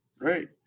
Right